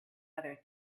other